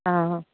অ'